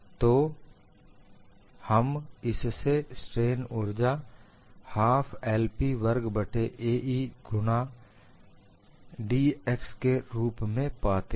तो हम इससे स्ट्रेन उर्जा ½ L P वर्ग बट्टे A E गुणा dx के रूप में पाते हैं